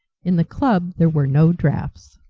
in the club there were no draughts.